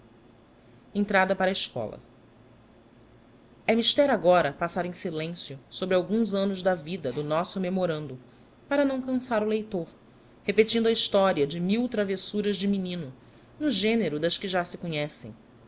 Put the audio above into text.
entrada para a escola e mister agora passar era silencio sobre alguns annos da vida do nosso memorando para nâo cansar o leitor repetindo a historia de mil travessuras de menino no género das que já se conhecera